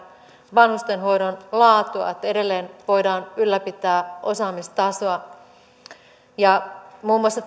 vanhustenhoidon laatua ja että edelleen voidaan ylläpitää osaamistasoa muun muassa